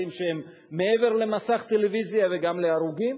שהם מעבר למסך טלוויזיה וגם להרוגים,